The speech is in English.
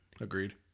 Agreed